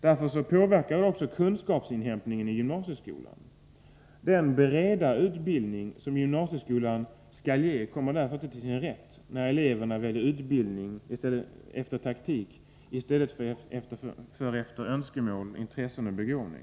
Därför påverkas också kunskapsinhämtningen i gymnasieskolan. Den breda utbildning som ju gymnasieskolan skall ge kommer således inte till sin rätt när eleverna gör taktikval i stället för att välja på grundval av önskemål, intressen och begåvning.